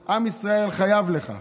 עם ישראל חייב לך.